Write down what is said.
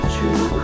True